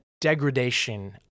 degradation